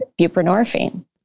buprenorphine